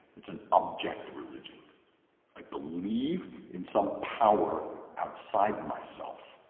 it's an object-religion i believe in some power outside myself